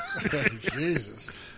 Jesus